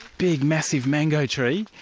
big, massive, mango tree,